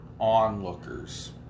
Onlookers